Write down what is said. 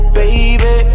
baby